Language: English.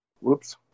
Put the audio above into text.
whoops